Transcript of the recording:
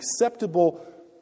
acceptable